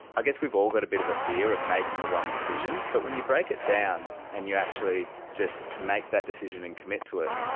i guess we've all got a bit of a fear of making the wrong decision, but when you break it down and you actually just make that decision and commit to it,